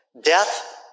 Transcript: Death